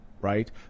right